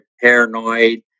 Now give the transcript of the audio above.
paranoid